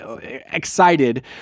excited